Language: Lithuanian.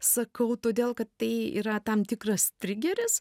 sakau todėl kad tai yra tam tikras trigeris